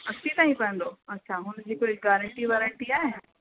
असी ताईं पवंदो अछा हुनजी कोई गारंटी वारंटी आहे